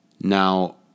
now